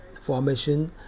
formation